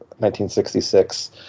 1966